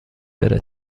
بره